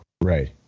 Right